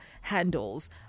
handles